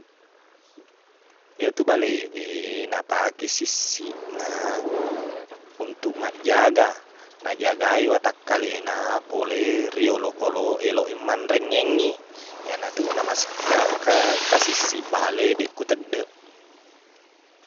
Iyatu balewe, napake sissiqna untuk maqjaga. Najagai watakkalena pole ri olokkoloq eloq e manrengeng ngi. Iyana tu na masikakka ka sissiq bale dekku teqdeq.